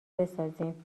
بسازیم